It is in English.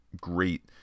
great